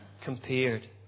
compared